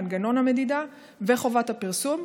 מנגנון המדידה וחובת הפרסום,